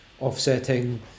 offsetting